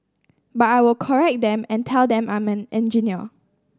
but I will correct them and tell them I'm an engineer